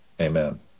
amen